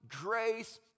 grace